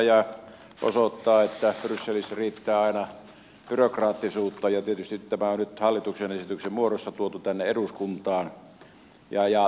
se osoittaa että brysselissä riittää aina byrokraattisuutta ja tietysti tämä on nyt hallituksen esityksen muodossa tuotu tänne eduskuntaan